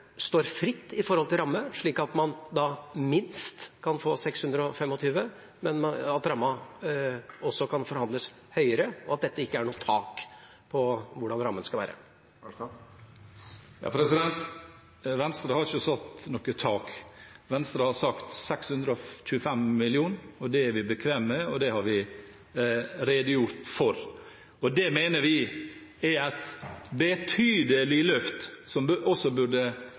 står fritt med hensyn til ramme, slik at man minst kan få 625 mill. kr, men at rammen også kan forhandles høyere, og at det ikke er noe tak på hvordan rammen skal være? Venstre har ikke satt noe tak. Venstre har sagt 625 mill. kr. Det er vi bekvemme med, og det har vi redegjort for. Det mener vi er et betydelig løft – som også burde